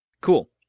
Cool